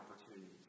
opportunities